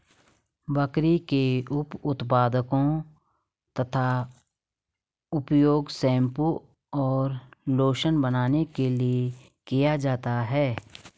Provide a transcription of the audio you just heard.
बकरी के उप उत्पादों का उपयोग शैंपू और लोशन बनाने के लिए किया जाता है